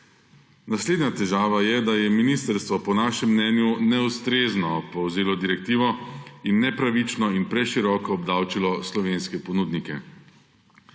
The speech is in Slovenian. Naslednja težava je, da je ministrstvo po našem mnenju neustrezno povzelo direktivo in nepravično in preširoko obdavčilo slovenske ponudnike.